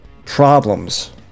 problems